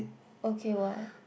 okay what